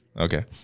Okay